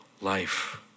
life